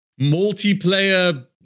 multiplayer